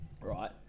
right